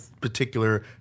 particular